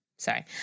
Sorry